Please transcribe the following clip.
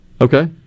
Okay